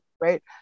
right